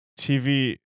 TV